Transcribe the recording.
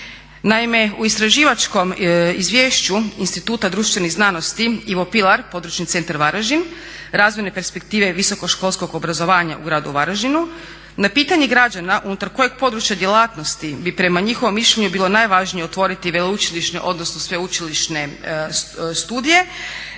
Naime, u istraživačkom izvješću Instituta društvenih znanosti Ivo Pilar Područni centar Varaždin, razvojne perspektive visokoškolskog obrazovanja u gradu Varaždinu na pitanje građana unutar kojeg područja djelatnosti bi prema njihovom mišljenju bilo najvažnije otvoriti veleučilišne odnosno sveučilišne studije,